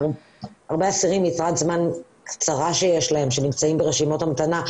הרבה אסירים עם יתרת זמן קצרה שנותרה להם והם נמצאים ברשימות המתנה,